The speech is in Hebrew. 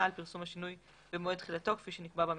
על פרסום השינוי ומועד תחילתו כפי שנקבע במפרט".